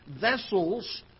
vessels